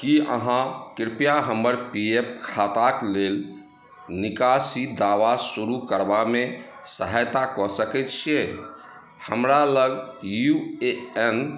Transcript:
की अहाँ कृपया हमर पी एफ खाताक लेल निकासी दावा शुरू करबामे सहायता कऽ सकैत छियै हमरा लग यू ए एन